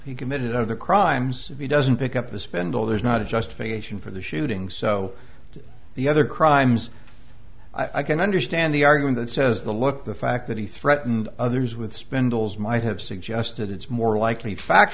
he committed other crimes he doesn't pick up the spend all there's not a justification for the shooting so the other crimes i can understand the argument that says the look the fact that he threatened others with spindles might have suggested it's more likely fact